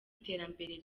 iterambere